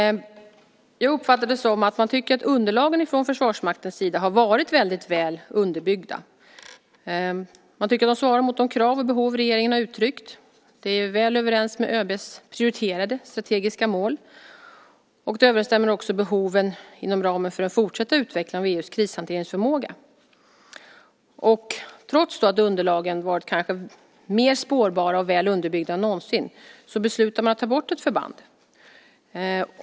Jag uppfattar det som att man tycker att underlagen från Försvarsmakten har varit väl underbyggda. Man tycker att de svarar mot de krav och behov som regeringen har uttryckt. De är väl överens med ÖB:s prioriterade strategiska mål. De överensstämmer också med behoven inom ramen för den fortsatta utvecklingen av EU:s krishanteringsförmåga. Trots att underlagen var mer spårbara och mer underbyggda än någonsin beslutar man att ta bort ett förband.